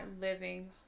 living